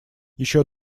еще